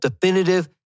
definitive